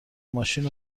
ماشین